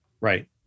Right